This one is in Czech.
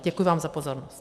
Děkuji vám za pozornost.